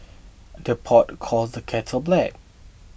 the pot calls the kettle black